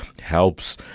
helps